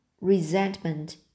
resentment